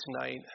tonight